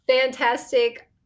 fantastic